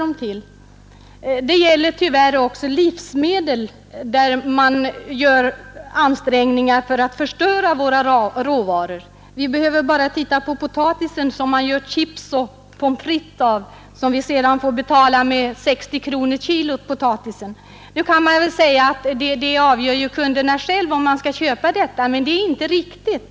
Det gäller tyvärr också på livsmedelsområdet, där man gör ansträngningar att förstöra våra råvaror. Vi behöver bara tänka på potatisen som man gör chips och pommes frites av till ett potatispris på 60 kronor per kilo. Nu kan man göra den invändningen att kunderna själva avgör om de skall köpa dessa varor. Men det är inte riktigt.